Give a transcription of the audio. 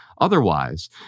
otherwise